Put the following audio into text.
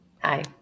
Hi